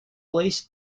least